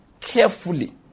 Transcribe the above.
carefully